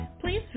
Please